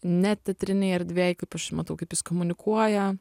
neteatrinėj erdvėj kaip jį aš matau kaip jis komunikuoja